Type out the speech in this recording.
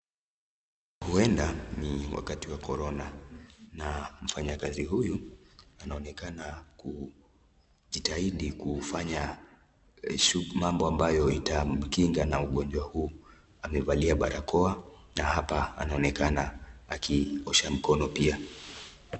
Huwenda ni wakati wa korona, na mfanyi kazi huyu anaonekana kujitahidi kufanya mambo ambayo itamkinga na ugonjwa huu amevalia barakoa, na hapa anaonekana akiosha mikono pia.